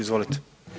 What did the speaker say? Izvolite.